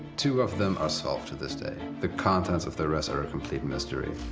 two of them are solved to this day. the contents of the rest are a complete mystery.